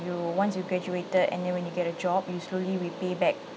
you once you graduated and when you get a job you slowly repay back